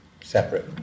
separate